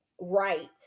right